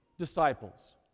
disciples